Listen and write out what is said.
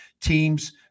teams